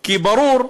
כי ברור,